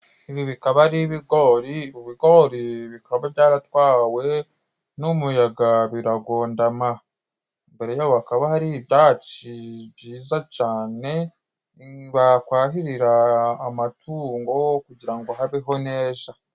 Ibi bikaba ari ibigori, ibigori bikaba byaratwawe n'umuyaga biragondama, imbere yaho hakaba hari ibyatsi byiza cane bakwahirira amatungo kugira ngo habeho neza.